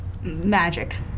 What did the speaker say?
magic